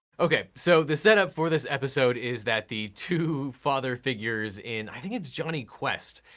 okay, so the setup for this episode is that the two father figures in, i think it's jonny quest,